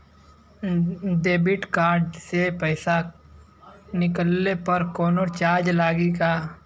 Debit card से पैसा निकलले पर कौनो चार्ज लागि का?